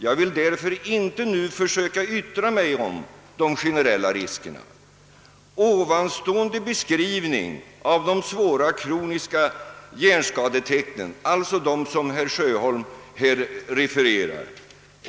Jag vill därför inte nu försöka yttra mig om de generella riskerna.